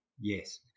Yes